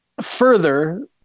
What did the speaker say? further